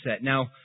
Now